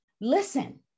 Listen